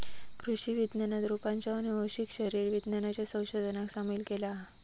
कृषि विज्ञानात रोपांच्या आनुवंशिक शरीर विज्ञानाच्या संशोधनाक सामील केला हा